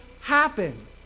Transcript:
happen